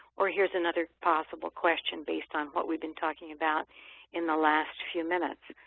or here's another possible question based on what we've been talking about in the last few minutes.